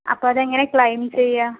അപ്പോൾ അതെങ്ങനെയാണ് ക്ലെയിം ചെയ്യുക